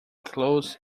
clothes